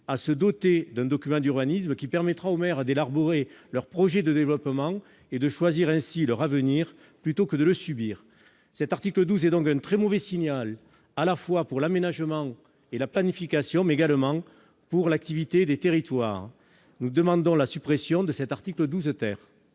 à se doter d'un document d'urbanisme qui permettra aux maires d'élaborer leurs projets de développement et de choisir ainsi leur avenir, plutôt que de le subir. Cet article 12 est donc un très mauvais signal à la fois pour l'aménagement et la planification, mais également pour l'activité des territoires. C'est pourquoi nous en demandons la suppression. Quel est